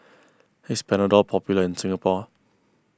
is Panadol popular in Singapore